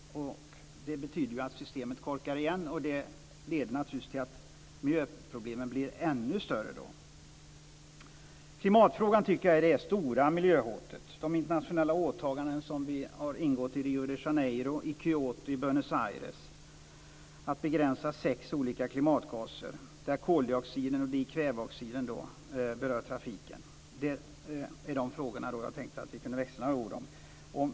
Det betyder att systemet korkar igen. Det leder naturligtvis till att miljöproblemen blir ännu större. Klimatfrågan är det stora miljöhotet. De internationella åtaganden som vi har ingått i Rio de Janeiro, i Kyoto och i Buenos Aires att begränsa sex olika klimatgaser, där koldioxiden och dikväveoxiden berör trafiken, är de frågor jag tänkte att vi kunde växla några ord om.